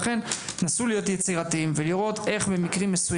לכן, נסו להיות יצירתיים ולראות איך אפשר.